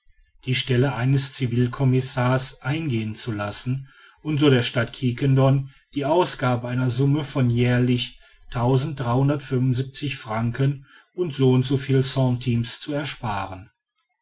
die stelle eines civilcommissars eingehen zu lassen und so der stadt quiquendone die ausgabe einer summe von jährlich franken und so und so viel centimes zu ersparen